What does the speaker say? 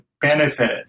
benefit